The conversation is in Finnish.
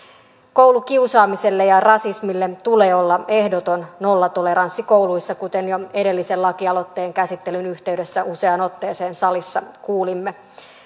koulukiusaamiselle ja rasismille tulee olla ehdoton nollatoleranssi kouluissa kuten jo edellisen lakialoitteen käsittelyn yhteydessä useaan otteeseen salissa kuulimme